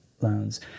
loans